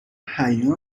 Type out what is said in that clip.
حیا